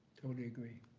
totally agree.